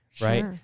Right